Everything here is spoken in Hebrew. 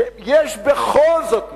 שיש בכל זאת משהו,